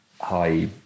high